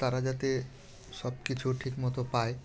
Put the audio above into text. তারা যাতে সব কিছু ঠিকমতো পায়